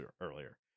earlier